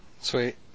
Sweet